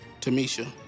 Tamisha